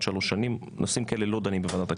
שלוש שנים ועל נושאים כאלה לא דנים בוועדת הכלכלה,